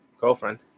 girlfriend